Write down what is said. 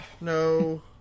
No